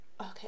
Okay